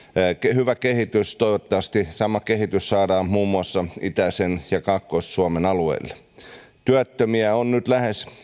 hyvä kehitys toivottavasti sama kehitys saadaan muun muassa itäisen suomen ja kaakkois suomen alueille työttömiä on nyt lähes